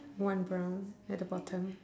one brown at the bottom